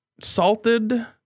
salted